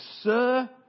Sir